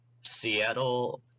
Seattle